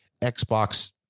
xbox